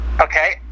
okay